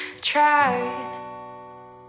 tried